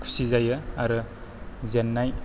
खुसिजायो आरो जेन्नाय